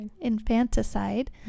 Infanticide